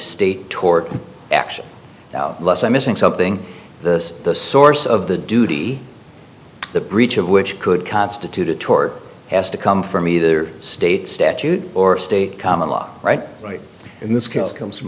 state tort action less i'm missing something this the source of the duty the breach of which could constitute a tort has to come from either state statute or state common law right right in this case comes from